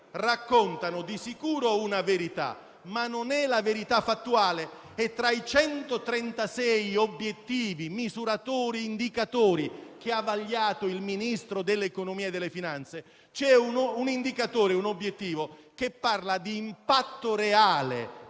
raccontano di sicuro una verità, ma non è la verità fattuale. Tra i centotrentasei obiettivi misuratori e indicatori che ha vagliato il Ministro dell'economia e delle finanze c'è un obiettivo che parla di impatto reale